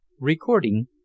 Recording